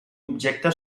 objecte